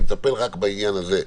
מטפל רק בעניין הזה,